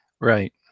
Right